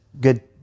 good